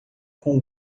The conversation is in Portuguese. com